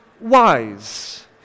wise